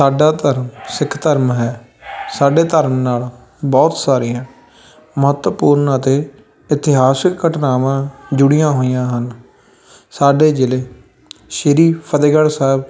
ਸਾਡਾ ਧਰਮ ਸਿੱਖ ਧਰਮ ਹੈ ਸਾਡੇ ਧਰਮ ਨਾਲ ਬਹੁਤ ਸਾਰੀਆਂ ਮਹੱਤਵਪੂਰਨ ਅਤੇ ਇਤਿਹਾਸਿਕ ਘਟਨਾਵਾਂ ਜੁੜੀਆਂ ਹੋਈਆਂ ਹਨ ਸਾਡੇ ਜ਼ਿਲ੍ਹੇ ਸ਼੍ਰੀ ਫਤਿਹਗੜ੍ਹ ਸਾਹਿਬ